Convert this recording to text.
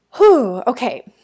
Okay